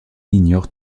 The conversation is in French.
ignore